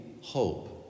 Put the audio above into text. hope